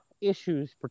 issues